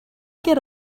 get